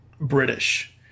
British